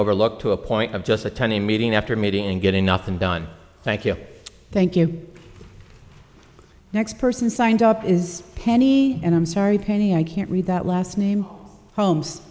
overlooked to a point of just attend a meeting after meeting and getting nothing done thank you thank you next person signed up is penny and i'm sorry penny i can't read that last name holmes